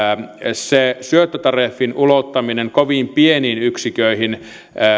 se syöttötariffin ulottaminen kovin pieniin yksiköihin